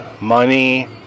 Money